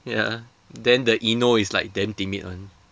ya then the ino is like damn timid [one]